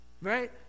right